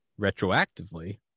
retroactively